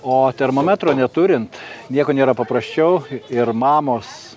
o termometro neturint nieko nėra paprasčiau ir mamos